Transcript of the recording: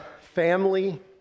family